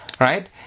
Right